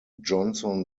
johnson